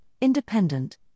Independent